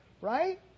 right